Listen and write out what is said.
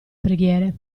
preghiere